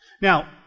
Now